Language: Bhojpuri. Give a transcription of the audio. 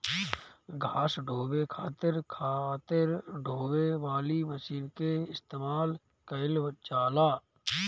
घास ढोवे खातिर खातिर ढोवे वाली मशीन के इस्तेमाल कइल जाला